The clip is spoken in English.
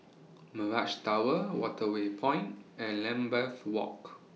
Mirage Tower Waterway Point and Lambeth Walk